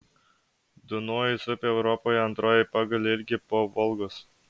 dunojus upė europoje antroji pagal ilgį po volgos